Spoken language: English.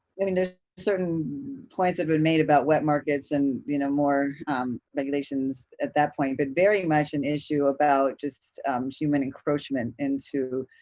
i mean there's certain points that have been made about wet markets and you know more regulations at that point, but very much an issue about just human encroachment into,